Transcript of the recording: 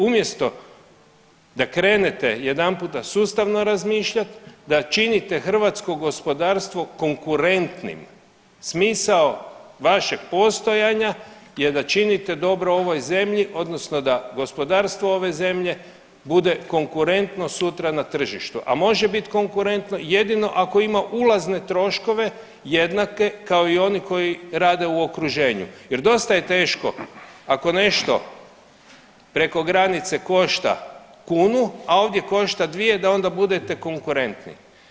Umjesto da krenete jedanputa sustavno razmišljat, da činite hrvatsko gospodarstvo konkurentnim smisao vašeg postojanja je da činite dobro ovoj zemlji odnosno da gospodarstvo ove zemlje bude konkurentno sutra na tržištu, a može biti konkurentno jedino ako ima ulazne troškove jednake kao i oni koji rade u okruženju jer dosta je teško ako nešto preko granice košta kunu, a ovdje košta dvije da onda budete konkurentni.